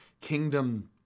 kingdom